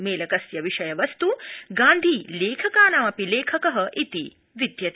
मेलकस्य विषयवस्त् गान्धी लेखकानामपि लेखक इति विद्यते